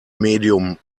medium